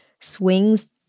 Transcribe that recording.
swings